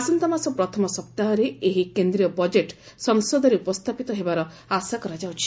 ଆସନ୍ତାମାସ ପ୍ରଥମ ସପ୍ତାହରେ ଏହି କେନ୍ଦୀୟ ବଜେଟ୍ ସଂସଦରେ ଉପସ୍ରାପିତ ହେବାର ଆଶାା କରାଯାଉଛି